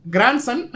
Grandson